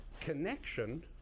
connection